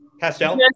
Pastel